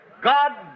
God